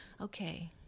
okay